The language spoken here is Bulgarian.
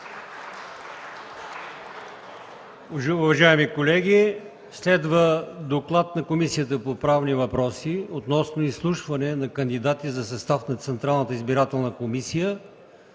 Уважаеми колеги, следва доклад на Комисията по правни въпроси, относно изслушване на кандидати за състав на Централната избирателна комисия,